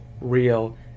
real